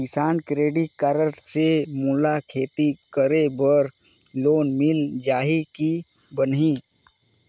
किसान credit card से मोला खेती करे बर लोन मिल जाहि की बनही??